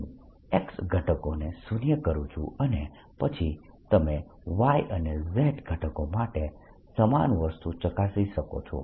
હું x ઘટકોને શૂન્ય કરું છું અને પછી તમે y અને z ઘટકો માટે સમાન વસ્તુ ચકાસી શકો છો